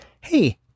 Hey